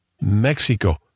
Mexico